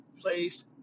place